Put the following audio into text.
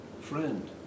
friend